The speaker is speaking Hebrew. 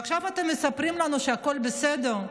ועכשיו אתם מספרים לנו שהכול בסדר,